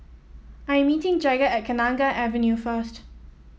I'm meeting Jagger at Kenanga Avenue first